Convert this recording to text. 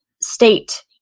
state